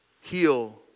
heal